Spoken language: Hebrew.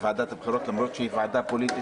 בוועדת הבחירות למרות שהיא ועדה פוליטית,